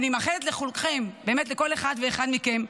אני מאחלת לכולכם, לכל אחד ואחת מכם,